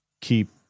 keep